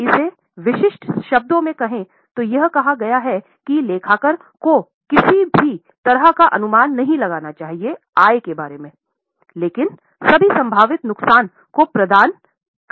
इसे विशिष्ट शब्दों में कहें तो यह कहा गया है कि लेखाकार को किसी भी तरह का अनुमान नहीं लगाना चाहिए आय के बारे मे लेकिन सभी संभावित नुकसान को प्रदान करेगा